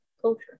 culture